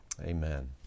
Amen